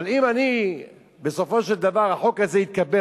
אבל אם בסופו של דבר החוק הזה יתקבל,